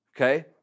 okay